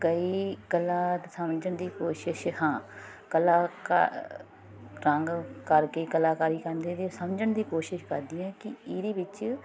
ਕਈ ਕਲਾ ਸਮਝਣ ਦੀ ਕੋਸ਼ਿਸ਼ ਹਾਂ ਕਲਾਕਾਰ ਰੰਗ ਕਰਕੇ ਕਲਾਕਾਰੀ ਕਹਿੰਦੇ ਵੀ ਸਮਝਣ ਦੀ ਕੋਸ਼ਿਸ਼ ਕਰਦੀ ਹੈ ਕਿ ਇਹਦੇ ਵਿੱਚ